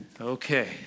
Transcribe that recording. Okay